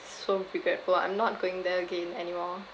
so regretful I'm not going there again anymore